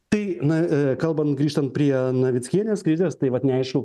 tai na kalbant grįžtant prie navickienės krizės tai vat neaišku